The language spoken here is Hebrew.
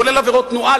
כולל עבירות תנועה,